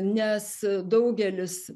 nes daugelis